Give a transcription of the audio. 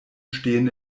stehen